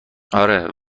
آره